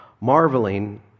marveling